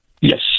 Yes